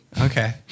Okay